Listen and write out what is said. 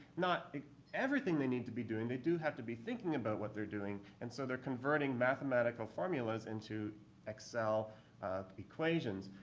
not everything they need to be doing. they do have to be thinking about what they're doing. and so they're converting mathematical formulas into excel equations.